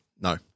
No